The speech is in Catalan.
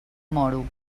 moro